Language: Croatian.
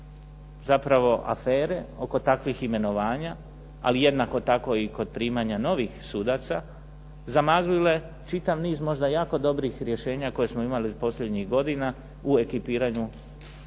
zapravo afere oko takvih imenovanja, ali jednako tako i kod primanja novih sudaca zamaglile čitav niz možda jako dobrih rješenja koje smo imali u posljednjih godina u ekipiranju, u